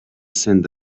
send